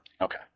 okay